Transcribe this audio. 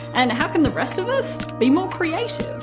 and how can the rest of us be more creative?